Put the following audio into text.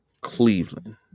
cleveland